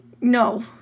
no